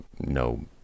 no